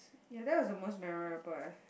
ya that was the most memorable